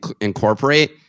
incorporate